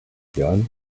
gun